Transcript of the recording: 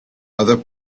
other